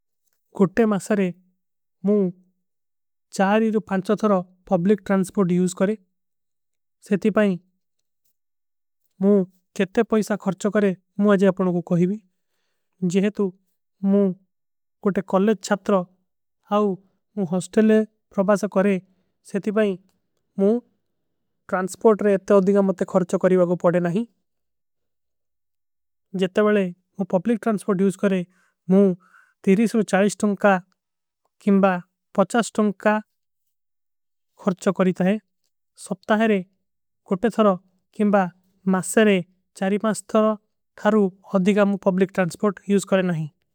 କୁଟ୍ଟେ ମାସାରେ ମୁ ଚାରୀରୁ ପାଂଚୋ ଥରା ପବ୍ଲିକ ଟ୍ରାଂସ୍ପୋର୍ଟ ଯୂଜ କରେ ସେତି। ପାଇଂ ମୁ କେଟ୍ଟେ ପାଇସା ଖର୍ଚ କରେ ମୁ ଆଜ ଆପନେ କୋ କୋହୀବୀ ଜେହେ। ତୁ ମୁ କୁଟ୍ଟେ କୌଲେଡ ଚାପ୍ତର ଔର ମୁ ହୋସ୍ଟେଲ ପ୍ରଭାସ କରେ ସେତି ପାଇଂ। ମୁ ଟ୍ରାଂସ୍ପୋର୍ଟ ରେ ଇତନେ ଅଧିଗା ମତ ଖର୍ଚ କରୀ ଵାଗୋ ପଡେ ନହୀଂ ଜେତେ। ଵାଲେ ମୁ ପବ୍ଲିକ ଟ୍ରାଂସ୍ପୋର୍ଟ ଯୂଜ କରେ ମୁ ତୀରୀ ସୁରୁ ଚାରୀ ସ୍ଟୁଂଗ କା। କିଂବା ପଚା ସ୍ଟୁଂଗ କା ଖର୍ଚ କରୀତା ହୈ ସପ୍ତା ହରେ କୁଟ୍ପେ ଥରୋ କିଂବା। ମାସେରେ ଚାରୀ ମାସ ଥରୋ ଧାରୂ ଅଧିଗା ମୁ ପବ୍ଲିକ ଟ୍ରାଂସ୍ପୋର୍ଟ ଯୂଜ କରେ ନହୀଂ।